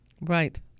right